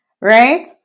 right